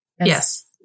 yes